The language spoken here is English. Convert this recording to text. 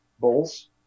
Bulls